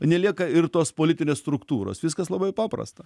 nelieka ir tos politinės struktūros viskas labai paprasta